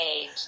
age